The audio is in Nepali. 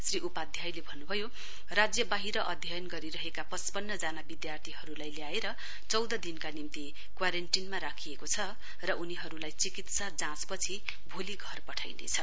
श्री उपाध्यायले भन्नुभयो राज्यबाहिर अध्ययन गरिरहेका पचपन्नजना वद्यार्थीहरूलाई ल्याएर चौध दिनका निम्ति क्वारेन्टीनमा राखिएको छ र उनीहरूलाई चिकित्सा जाँचपछि भोलि घर पठाइनेछ